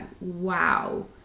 Wow